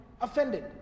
offended